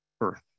earth